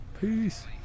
Peace